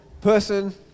person